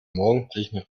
morgendlichen